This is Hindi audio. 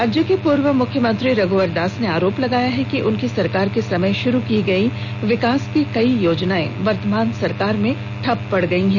राज्य के पूर्व मुख्यमंत्री रघ्वर दास ने आरोप लगाया है कि उनकी सरकार के समय शुरू की गयी विकास की कई योजनाए वर्तमान सरकार में ठप पड़ गयी हैं